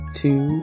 two